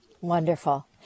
Wonderful